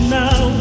now